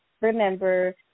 remember